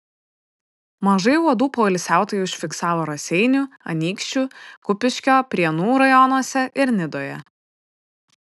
mažai uodų poilsiautojai užfiksavo raseinių anykščių kupiškio prienų rajonuose ir nidoje